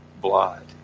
blood